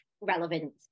relevant